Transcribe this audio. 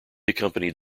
accompanied